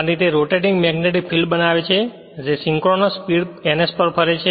અને તે rotating magnetic field બનાવે છે જે સિંક્રનસ સ્પીડ ns પર ફરે છે